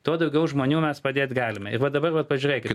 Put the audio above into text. tuo daugiau žmonių mes padėt galime ir va dabar vat pažiūrėkit